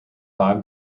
five